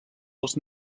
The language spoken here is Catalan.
dels